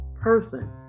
person